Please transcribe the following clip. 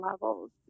levels